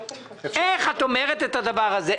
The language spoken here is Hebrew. איך את אומרת את הדבר הזה?